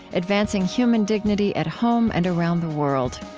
advancing human dignity at home and around the world.